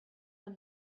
from